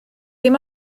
dim